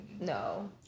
no